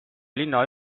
linna